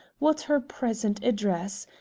what her present address.